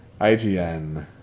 IGN